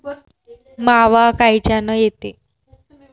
मावा कायच्यानं येते?